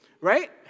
Right